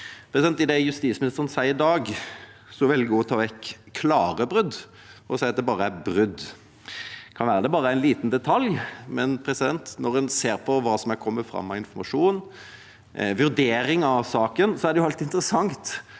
I det justisministeren sier i dag, velger hun å ta vekk «klare brudd» og sier bare at det er «brudd». Det kan være at dette bare er en liten detalj, men når en ser på hva som er kommet fram av informasjon, og vurdering av saken, hadde det vært interessant